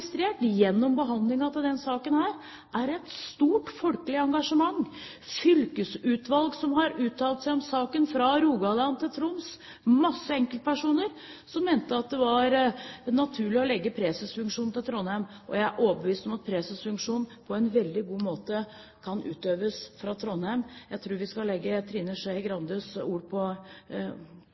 gjennom behandlingen av denne saken registrert et stort folkelig engasjement – fylkesutvalg som har uttalt seg om saken, fra Rogaland til Troms, masse enkeltpersoner som mente at det var naturlig å legge presesfunksjonen til Trondheim. Jeg er overbevist om at presesfunksjonen på en veldig god måte kan utøves fra Trondheim. Jeg tror vi skal legge oss Trine Skei Grandes ord på